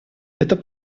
это